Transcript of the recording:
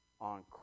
on